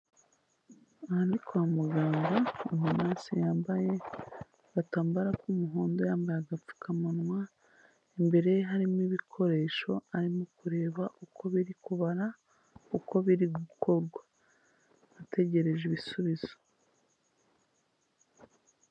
Aha nii kwa muganga, umu nurse wambaye agatamba k'umuhondo, yambaye agapfukamunwa, imbere harimo ibikoresho arimo kureba uko biri kubara, uko biri gukorwa ategereje ibisubizo.